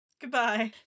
Goodbye